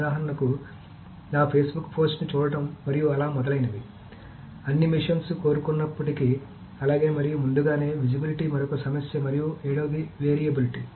ఉదాహరణకు నా ఫేస్బుక్ పోస్ట్ని చూడటం మరియు అలా మొదలైనవి అన్ని మెషిన్స్ కోరుకున్నప్పటికీ అలాగే మరియు ముందుగానే విజిబిలిటీ మరొక సమస్య మరియు ఏడవది వేరియబిలిటీ